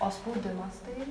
o spaudimas tai